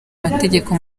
mategeko